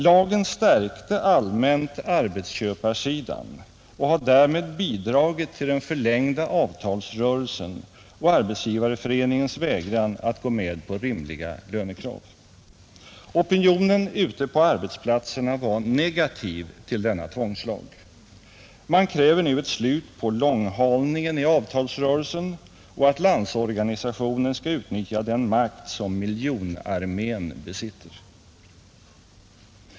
Lagen stärkte allmänt arbetsköparsidan och har därmed bidragit till den förlängda avtalsrörelsen och Arbetsgivareföreningens vägran att gå med på rimliga lönekrav. Opinionen ute på arbetsplatserna var negativ till denna tvångslag. Man kräver nu ett slut på långhalningen i avtalsrörelsen och att Landsorganisationen skall utnyttja den makt som miljonarmén besitter.